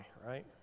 right